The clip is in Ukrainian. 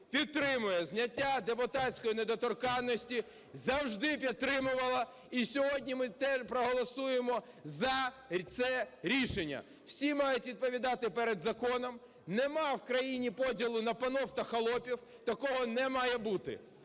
підтримує зняття депутатської недоторканності, завжди підтримувала і сьогодні ми теж проголосуємо за це рішення. Всі мають відповідати перед законом. Нема в країні поділу на панів та холопів, такого не має бути.